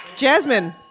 Jasmine